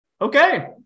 okay